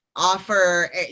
offer